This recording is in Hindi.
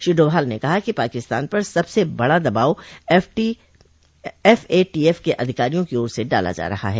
श्री डोभाल ने कहा कि पाकिस्तान पर सबसे बड़ा दबाव एफ ए टी एफ क अधिकारियों की ओर से डाला जा रहा है